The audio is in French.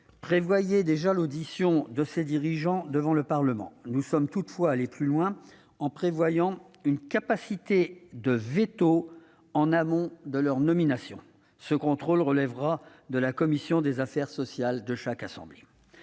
prévoyait déjà l'audition de ces dirigeants devant le Parlement. Nous sommes toutefois allés plus loin en prévoyant une capacité de veto en amont de leur nomination. Ce contrôle relèvera de la commission des affaires sociales de chaque assemblée.